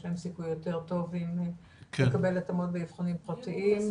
להם סיכויים יותר טובים לקבל התאמות באבחונים פרטיים,